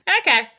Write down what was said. Okay